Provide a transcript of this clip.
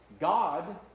God